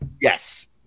yes